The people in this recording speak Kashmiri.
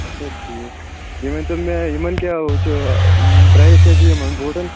اچھا ٹھیٖک یہِ ؤنۍ تو مےٚ یمن کیاہ چھُ پرایس کیاہ چھُ یمن بوٗٹن